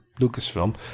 Lucasfilm